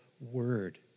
word